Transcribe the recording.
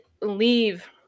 leave